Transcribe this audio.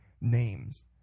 names